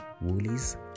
woolies